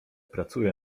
pracuję